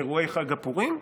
אירועי חג הפורים,